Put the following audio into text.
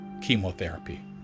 chemotherapy